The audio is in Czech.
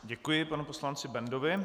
Děkuji panu poslanci Bendovi.